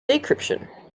decryption